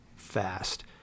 fast